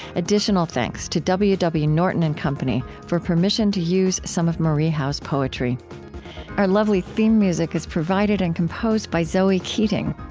additional thanks to w w. norton and company for permission to use some of marie howe's poetry our lovely theme music is provided and composed by zoe keating.